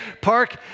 Park